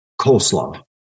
coleslaw